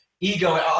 ego